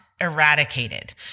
eradicated